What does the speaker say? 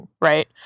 right